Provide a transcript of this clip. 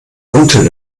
unten